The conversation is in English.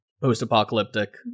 post-apocalyptic